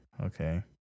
okay